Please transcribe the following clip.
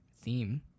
theme